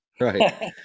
right